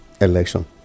election